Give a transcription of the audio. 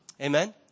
Amen